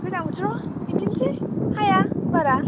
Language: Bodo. गोजां बोथोराव बिदिनोसै हाया बारा